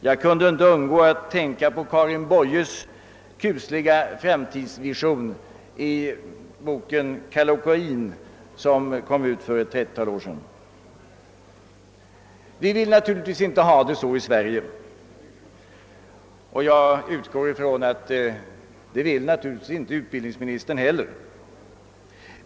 Jag kunde inte låta bli att tänka på Karin Boyes kusliga fram tidsvision i boken »Kallocain» som kom ut för ett 30-tal år sedan. Vi vill naturligtvis inte ha det så i Sverige, och jag utgår ifrån att utbildningsministern inte heller vill det.